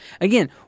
Again